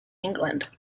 england